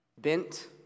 Bent